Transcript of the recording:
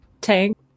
tank